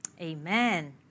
Amen